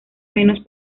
menos